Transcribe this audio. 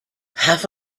half